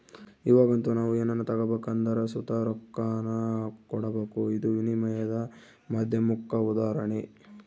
ಇವಾಗಂತೂ ನಾವು ಏನನ ತಗಬೇಕೆಂದರು ಸುತ ರೊಕ್ಕಾನ ಕೊಡಬಕು, ಇದು ವಿನಿಮಯದ ಮಾಧ್ಯಮುಕ್ಕ ಉದಾಹರಣೆ